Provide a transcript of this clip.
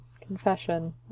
Confession